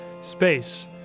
space